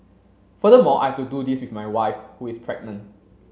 furthermore I have to do this with my wife who is pregnant